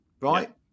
right